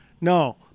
no